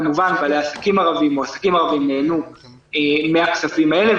כמובן בעלי העסקים הערבים נהנו מהכספים האלה,